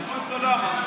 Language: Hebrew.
אני שואל אותו למה,